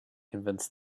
convince